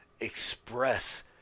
express